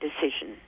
decision